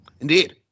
Indeed